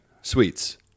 Sweets